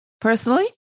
Personally